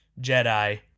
Jedi